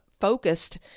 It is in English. focused